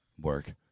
work